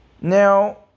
Now